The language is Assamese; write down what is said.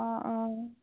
অঁ অঁ